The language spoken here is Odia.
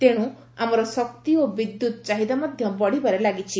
ତେଣୁ ଆମର ଶକ୍ତି ଓ ବିଦ୍ୟୁତ୍ ଚାହିଦା ମଧ୍ୟ ବଢ଼ିବାରେ ଲାଗିଛି